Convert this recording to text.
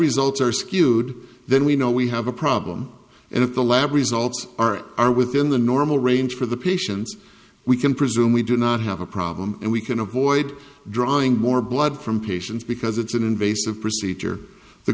results are skewed then we know we have a problem and if the lab results are are within the normal range for the patients we can presume we do not have a problem and we can avoid drawing more blood from patients because it's an invasive procedure the